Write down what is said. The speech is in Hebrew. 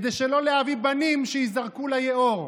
כדי שלא להביא בנים שייזרקו ליאור.